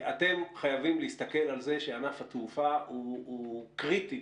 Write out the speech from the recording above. אתם חייבים להסתכל על זה שענף התעופה הוא קריטי